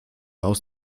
aus